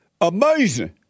Amazing